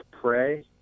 Pray